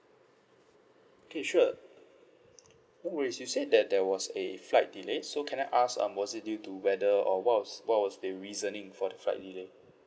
okay sure no worries you said that there was a flight delay so can I ask um was it due to weather or what was what was the reasoning for the flight delay